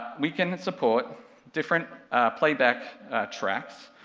we can support different playback tracks,